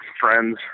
friends